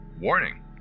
Warning